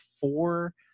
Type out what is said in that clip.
four